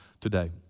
today